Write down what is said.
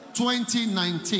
2019